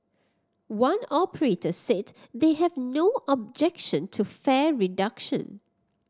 one operator said they have no objection to fare reduction